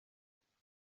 icyemezo